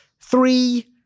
three